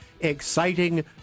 exciting